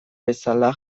bezala